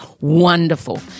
wonderful